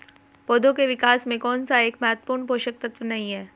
पौधों के विकास में कौन सा एक महत्वपूर्ण पोषक तत्व नहीं है?